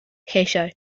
lleisiau